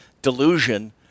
delusion